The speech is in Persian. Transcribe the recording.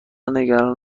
نگران